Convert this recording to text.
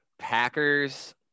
Packers